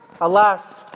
Alas